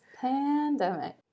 Pandemic